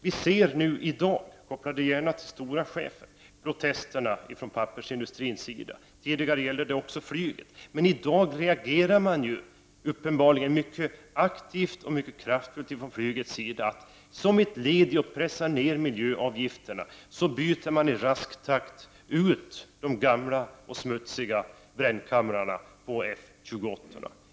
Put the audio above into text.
Vi märker nu i dag — koppla gärna ihop detta med chefen för STORA =— protesterna från pappersindustrins sida. Tidigare gällde det också flyget. Men i dag reagerar företrädare för flyget uppenbarligen mycket aktivt och mycket kraftfullt. Som ett led i att pressa ned miljöavgifterna byter man i rask takt ut de gamla och smutsiga brännkamrarna på F 28-orna.